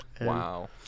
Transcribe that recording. Wow